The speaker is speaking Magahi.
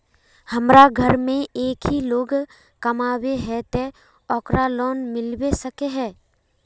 हमरा घर में एक ही लोग कमाबै है ते ओकरा लोन मिलबे सके है?